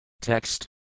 Text